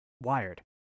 wired